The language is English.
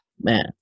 man